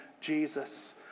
Jesus